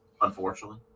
unfortunately